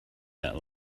that